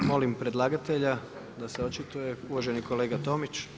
Molim predlagatelja da se očituje, uvaženi kolega Tomić.